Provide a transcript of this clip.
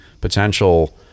potential